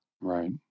Right